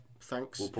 thanks